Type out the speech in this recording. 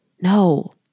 No